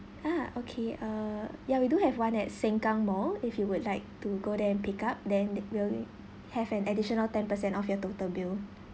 uh okay uh ya we do have one at sengkang mall if you would like to go there and pick up then you only have an additional ten percent of your total bill